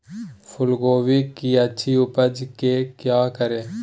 फूलगोभी की अच्छी उपज के क्या करे?